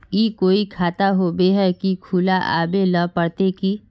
ई कोई खाता होबे है की खुला आबेल पड़ते की?